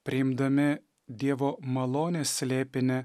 priimdami dievo malonės slėpinį